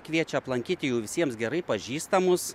kviečia aplankyti jau visiems gerai pažįstamus